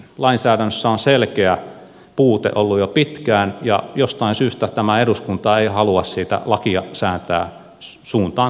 lainsäädännössä on selkeä puute ollut jo pitkään ja jostain syystä tämä eduskunta ei halua siitä lakia säätää suuntaan tai toiseen